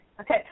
Okay